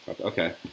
Okay